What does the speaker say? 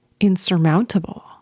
insurmountable